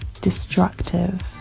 destructive